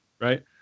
right